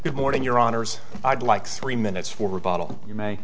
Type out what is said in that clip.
good morning your honors i'd like three minutes for bottle you may